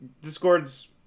Discord's